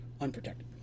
unprotected